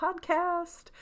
podcast